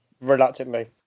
reluctantly